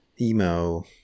emo